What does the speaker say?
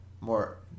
more